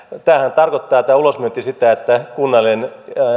tämä ulosmyyntihän tarkoittaa sitä että kunnallinen